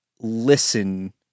listen